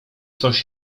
coś